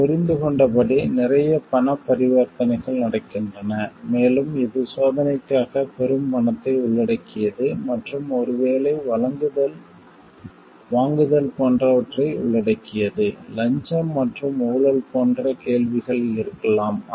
நாம் புரிந்துகொண்டபடி நிறைய பணப் பரிவர்த்தனைகள் நடக்கின்றன மேலும் இது சோதனைக்காக பெரும் பணத்தை உள்ளடக்கியது மற்றும் ஒருவேளை வாங்குதல் போன்றவற்றை உள்ளடக்கியது லஞ்சம் மற்றும் ஊழல் போன்ற கேள்விகள் இருக்கலாம்